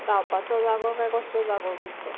रावपाचो जागो काय कसलो जागो बीन तो